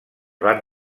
van